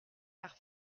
par